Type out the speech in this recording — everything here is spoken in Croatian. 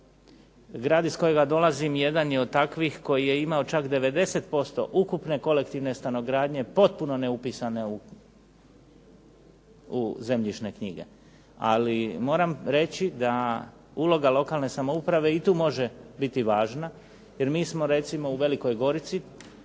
Grad iz kojega dolazim jedan je od takvih koji je imao čak 90% ukupne kolektivne stanogradnje potpuno neupisane u zemljišne knjige. Ali moram reći da uloga lokalne samouprave i tu može biti važna. Jer mi smo recimo u Velikoj Gorici